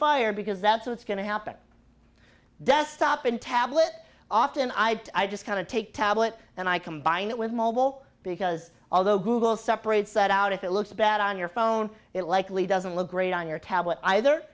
fire because that's what's going to happen desktop and tablet often i just kind of take tablet and i combine it with mobile because although google separates side out if it looks bad on your phone it likely doesn't look great on your tablet either